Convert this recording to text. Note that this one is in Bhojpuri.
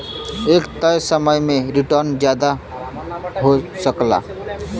एक तय समय में रीटर्न जादा हो सकला